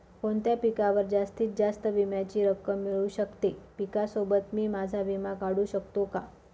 कोणत्या पिकावर जास्तीत जास्त विम्याची रक्कम मिळू शकते? पिकासोबत मी माझा विमा काढू शकतो का?